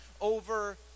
over